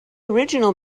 original